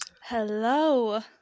hello